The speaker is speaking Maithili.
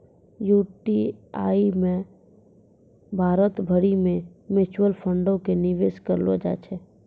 यू.टी.आई मे भारत भरि के म्यूचुअल फंडो के निवेश करलो जाय छै